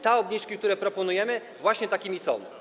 Te obniżki, które proponujemy, właśnie takie są.